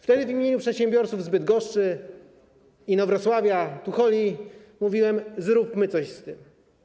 Wtedy w imieniu przedsiębiorców z Bydgoszczy, Inowrocławia, Tucholi, mówiłem: zróbmy coś z tym.